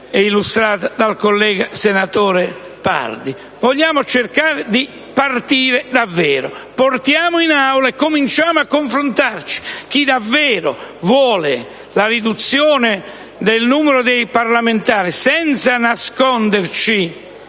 e illustrata dal collega senatore Pardi. Vogliamo cercare di partire veramente. Portiamo il provvedimento in Aula e cominciamo a confrontarci con chi davvero vuole la riduzione del numero dei parlamentari, senza nasconderci